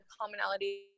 commonality